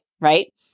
right